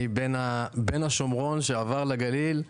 אני בן השומרון שעבר לגליל,